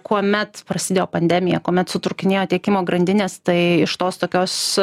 kuomet prasidėjo pandemija kuomet sutrūkinėjo tiekimo grandinės tai iš tos tokios